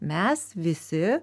mes visi